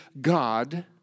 God